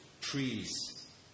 trees